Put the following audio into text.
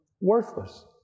worthless